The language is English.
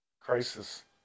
crisis